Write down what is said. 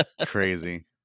crazy